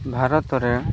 ଭାରତରେ